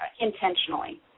intentionally